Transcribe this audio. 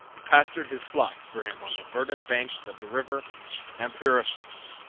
and pastured his flocks for him on the verdant banks of the river amphrysos.